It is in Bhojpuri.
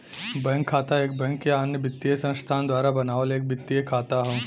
बैंक खाता एक बैंक या अन्य वित्तीय संस्थान द्वारा बनावल एक वित्तीय खाता हौ